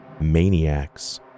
maniacs